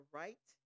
right